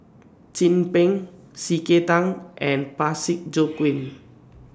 Chin Peng C K Tang and Parsick Joaquim